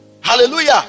hallelujah